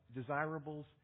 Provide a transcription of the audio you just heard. desirables